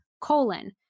colon